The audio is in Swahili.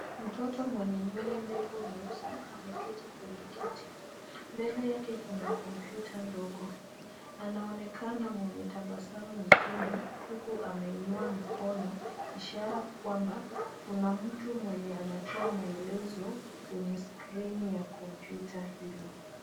Mtoto mwenye nywele ndefu nyeusi ameketi kwenye kiti .Mbele yake kuna kompyuta ndogo. Anaonekana mwenye tabasamu usoni huku akiwa ameinua mkono ishara ya kwamba kuna mtu mwenye anatoa maelezo kwenye skirini ya kompyuta hiyo.